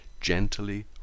gently